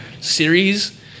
series